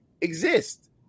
exist